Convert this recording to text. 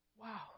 wow